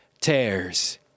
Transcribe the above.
Tears